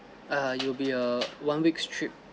err it will be a one week trip